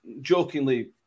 jokingly